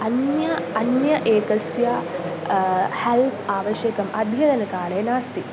अन्य अन्य एकस्य हेल्प् आवश्यकम् अध्यतनकाले नास्ति